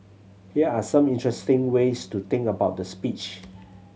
here are some interesting ways to think about the speech